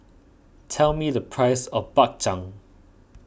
tell me the price of Bak Chang